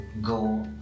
go